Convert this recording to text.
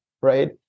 right